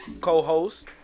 co-host